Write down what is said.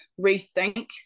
rethink